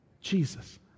Jesus